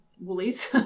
Woolies